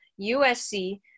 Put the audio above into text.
USC